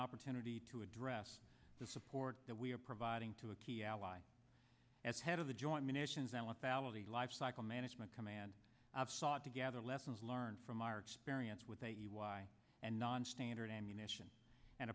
opportunity to address the support that we are providing to a key ally as head of the joint munitions i want balot the lifecycle management command i've sought to gather lessons learned from our experience without you why and nonstandard ammunition and